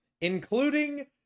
including